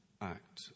act